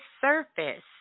surface